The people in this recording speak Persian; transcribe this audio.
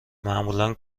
معمولا